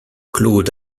claude